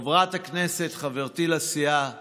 חברת הכנסת חברתי לסיעה ע'דיר,